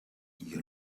you